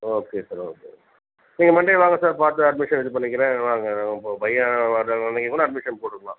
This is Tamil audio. ஓ அப்படியா சார் ஓகே நீங்கள் மண்டே வாங்க சார் பார்த்து அட்மிஷன் இது பண்ணிக்கிறேன் வாங்க ப பையன் வரலனா நீங்கள் கூட அட்மிட்ஷன் போட்டுக்கலாம்